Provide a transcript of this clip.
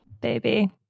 baby